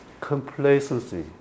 complacency